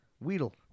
Weedle